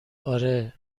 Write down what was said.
آره